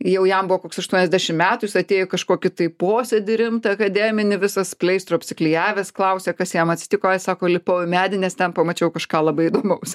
jau jam buvo koks aštuoniasdešim metų jis atėjo į kažkokį tai posėdį rimtą akademinį visas pleistru apsiklijavęs klausia kas jam atsitiko ai sako lipau į medį nes ten pamačiau kažką labai įdomaus